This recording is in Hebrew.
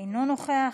אינו נוכח,